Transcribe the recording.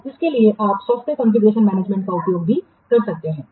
तो इसके लिए आप सॉफ़्टवेयर कॉन्फ़िगरेशनमैनेजमेंट का उपयोग भी कर सकते हैं